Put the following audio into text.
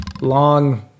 long